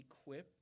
equipped